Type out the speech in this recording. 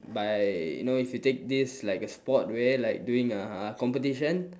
but you know if you take this like a sport where like doing a competition